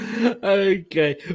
Okay